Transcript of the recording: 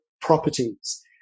properties